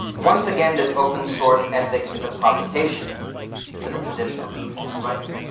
once again, this open source ethic is a provocation to the traditional notion of writing.